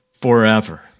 forever